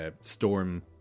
storm